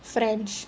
french